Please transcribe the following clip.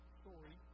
story